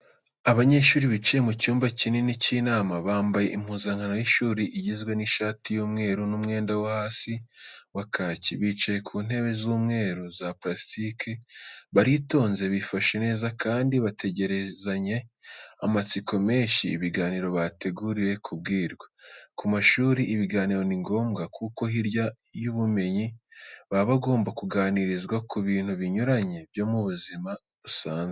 Abanyeshuri bicaye mu cyumba kinini cy'inama. Bambaye impuzankano y'ishuri igizwe n'ishati y'umweru n'umwenda wo hasi wa kaki. Bicaye ku ntebe z'umweru za purasitiki. Baritonze, bifashe neza kandi bategerezanye amatsiko menshi ibiganiro bateguriwe kubwirwa. Ku mashuri ibiganiro ni ngombwa kuko hirya y'ubumenyi baba bagomba kuganirizwa ku bintu binyuranye byo mu buzima busanzwe.